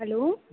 hello